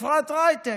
אפרת רייטן.